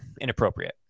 inappropriate